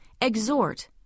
exhort